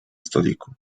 stoliku